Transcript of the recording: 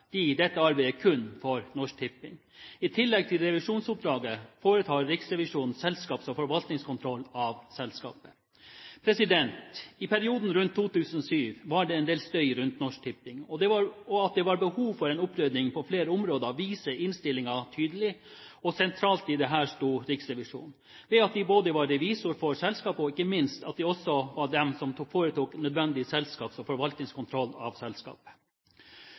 de dette arbeidet kun for Norsk Tipping. I tillegg til revisjonsoppdraget foretar Riksrevisjonen selskaps- og forvaltningskontroll av selskapet. I perioden rundt 2007 var det en del støy rundt Norsk Tipping. At det var behov for en opprydding på flere områder, viser innstillingen tydelig, og sentralt i dette sto Riksrevisjonen – ved at de både var revisor for selskapet, og ikke minst at det var dem som foretok en nødvendig selskaps- og forvaltningskontroll av selskapet. Komiteen er enig i at kontrollarbeidet overfor et selskap